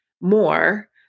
more